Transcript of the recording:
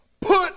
put